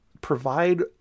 provide